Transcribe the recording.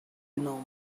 venom